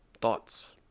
thoughts